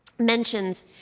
mentions